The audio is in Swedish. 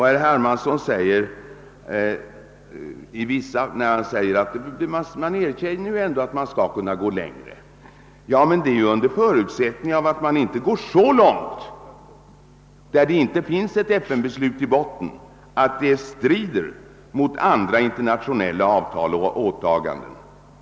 Herr Hermansson sade att det i alla fall erkänns att man kan gå längre. Ja, men det är under förutsättning att man inte sträcker sig så långt att det inte finns ett FN-beslut som grundval och att utvidgningen inte medför brott mot andra internationella avtal och åtaganden.